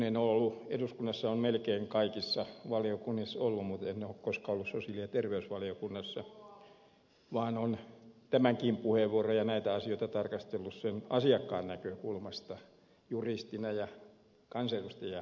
olen ollut eduskunnassa melkein kaikissa valiokunnissa mutta en ole koskaan ollut sosiaali ja terveysvaliokunnassa vaan olen tämänkin puheenvuoron ja näitä asioita tarkastellut asiakkaan näkökulmasta juristina ja kansanedustaja juristina